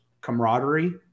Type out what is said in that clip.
camaraderie